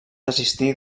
desistir